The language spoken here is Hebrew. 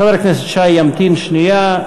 חבר הכנסת שי ימתין שנייה,